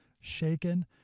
shaken